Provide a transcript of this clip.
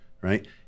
right